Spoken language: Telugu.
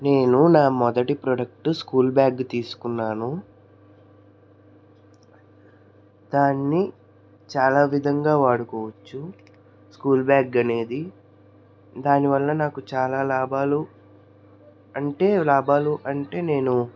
నేను నా మొదటి ప్రోడక్ట్ స్కూల్ బ్యాగ్ తీసుకున్నాను దాన్ని చాలా విధంగా వాడుకోవచ్చు స్కూల్ బ్యాగ్ అనేది దానివల్ల నాకు చాలా లాభాలు అంటే లాభాలు అంటే నేను